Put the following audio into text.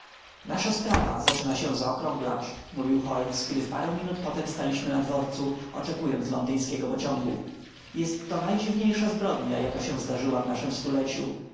nasza sprawa zaczyna się zaokrąglać mówił holmes gdy w parę minut potem staliśmy na dworcu oczekując londyńskiego pociągu jest to najdziwniejsza zbrodnia jaka się zdarzyła w naszem stuleciu